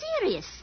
serious